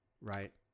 right